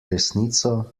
resnico